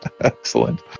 Excellent